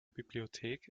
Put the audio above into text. bibliothek